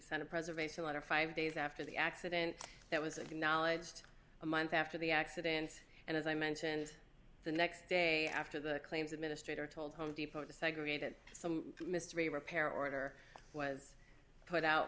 sent a preservation letter five days after the accident that was acknowledged a month after the accident and as i mentioned the next day after the claims administrator told home depot to segregate that some mystery repair order was put out